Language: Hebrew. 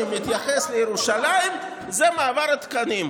המתייחס לירושלים זה מעבר התקנים.